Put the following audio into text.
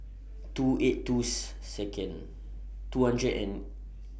two eight two's Second two hundred and N